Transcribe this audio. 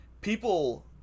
People